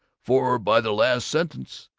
for, by the last census,